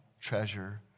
treasure